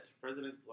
President